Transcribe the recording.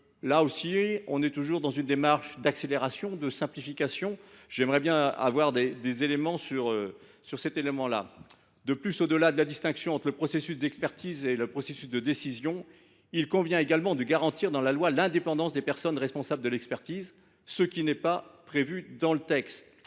soudure ? S’agit il d’une démarche d’accélération ou de simplification ? J’aimerais disposer d’éléments supplémentaires. De plus, au delà de la distinction entre le processus d’expertise et le processus de décision, il convient de garantir dans la loi l’indépendance des personnes responsables de l’expertise, ce qui n’est pas prévu dans le texte.